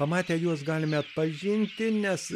pamatę juos galime atpažinti nes